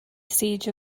siege